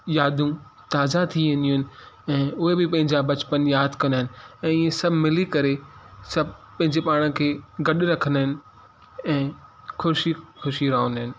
यादूं ताज़ा थी वेंदियूं आहिनि ऐं उहे बि पंहिंजा बचपन यादि कंदा आहिनि ऐं सभु मिली करे सभु पंहिंजे पाण खे गॾु रखंदा आहिनि ऐं ख़ुशी ख़ुशी रहंदा आहिनि